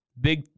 big